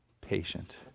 patient